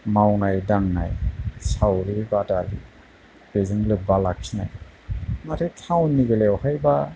मावनाय दांनाय सावरि बादालि बेजों लोब्बा लाखिनाय माथो थाउननि बेलायावहायबा